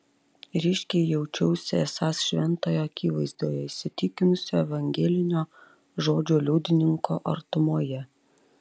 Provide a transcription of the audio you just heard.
ryškiai jaučiausi esąs šventojo akivaizdoje įsitikinusio evangelinio žodžio liudininko artumoje